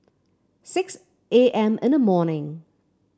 six A M in the morning